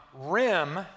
rim